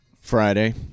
Friday